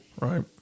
right